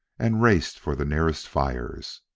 and raced for the nearest fires.